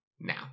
now